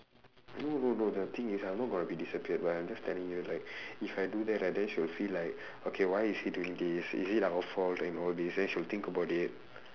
no no no the thing is I'm not going to be disappeared but I'm just telling you like if I do that right then she'll feel like okay why is he doing this is it our fault and all this then she will think about it